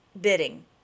bidding